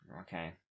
Okay